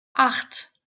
acht